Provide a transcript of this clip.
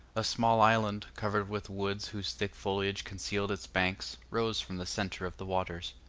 a small island, covered with woods whose thick foliage concealed its banks, rose from the centre of the waters.